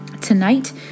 tonight